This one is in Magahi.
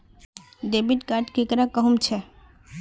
डेबिट कार्ड केकरा कहुम छे?